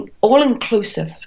all-inclusive